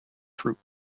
troops